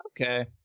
Okay